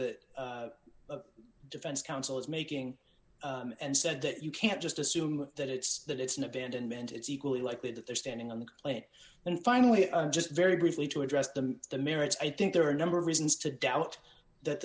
that the defense counsel is making and said that you can't just assume that it's that it's an abandonment it's equally likely that they're standing on the planet and finally just very briefly to address them the merits i think there are a number of reasons to doubt that